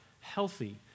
healthy